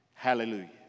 Hallelujah